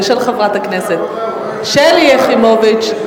ושל חברת הכנסת שלי יחימוביץ,